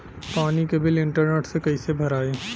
पानी के bill internet से कइसे भराई?